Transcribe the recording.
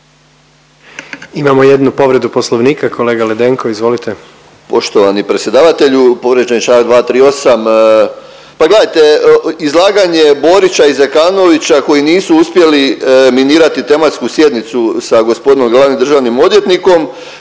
Imamo jednu povredu Poslovnika, kolega Ledenko izvolite. **Ledenko, Ivica (MOST)** Poštovani predsjedavatelju, povrijeđen je čl. 238.. Pa gledajte, izlaganje Borića i Zekanovića koji nisu uspjeli minirati tematsku sjednicu sa g. glavnim državnim odvjetnikom,